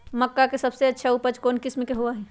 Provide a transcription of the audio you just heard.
मक्का के सबसे अच्छा उपज कौन किस्म के होअ ह?